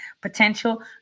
potential